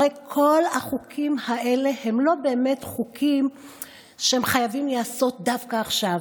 הרי כל החוקים האלה הם לא באמת חוקים שחייבים להיעשות דווקא עכשיו.